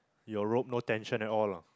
your rope no tension at all lah